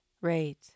right